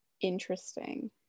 interesting